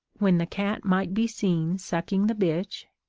when the cat might be seen sucking the bitch,